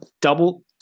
double